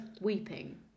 weeping